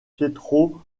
pietro